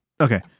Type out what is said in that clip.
Okay